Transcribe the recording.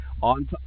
on